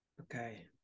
Okay